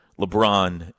LeBron